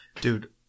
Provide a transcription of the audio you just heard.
Dude